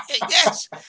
Yes